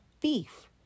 beef